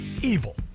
evil